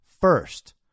first